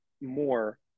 more